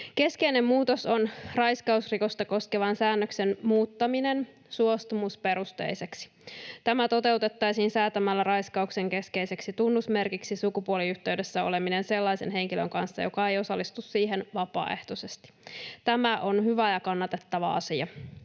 Keskeinen muutos on raiskausrikosta koskevan säännöksen muuttaminen suostumusperusteiseksi. Tämä toteutettaisiin säätämällä raiskauksen keskeiseksi tunnusmerkiksi sukupuoliyhteydessä oleminen sellaisen henkilön kanssa, joka ei osallistu siihen vapaaehtoisesti — tämä on hyvä ja kannatettava asia.